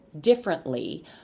differently